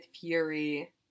Fury